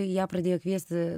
ją pradėjo kviesti